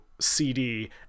cd